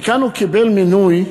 וכאן הוא קיבל מינוי,